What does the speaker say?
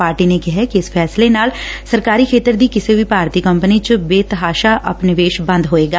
party ਨੇ ਕਿਹੈ ਕਿ ਇਸ ਫੈਸਲੇ ਨਾਲ ਸਰਕਾਰੀ ਖੇਤਰ ਦੀ ਕਿਸੇ ਵੀ ਭਾਰਤੀ ਕੰਪਨੀ ਚ ਬੇਤਹਾਸ਼ਾ ਅਪਨਿਵੇਸ਼ ਬੰਦ ਹੋਏਗਾ